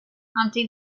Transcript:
humpty